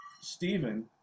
Stephen